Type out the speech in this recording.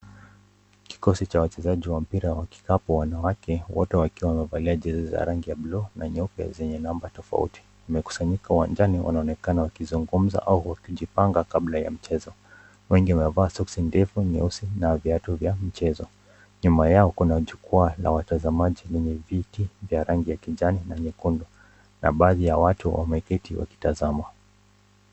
Kikosi cha wachezaji wa mpira wa kikapo wanawake wote wakiwa wamevalia jezi cha rangi ya bluu na nyeupe zenye number tofauti .Wamekusanyika uwanjani wanaonekana wakizungumza ama wakipanga mbele ya mchezo. Wengi wamevaa socks ndefu nyeusi na viatu vya mchezo ,nyuma yao kuna jukwaa na watazamaji kwenye viti yenye rangi ya kijani na nyekundu. Na baadhi ya watu wameketi wakitazama.